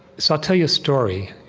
so i'll tell you a story.